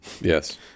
yes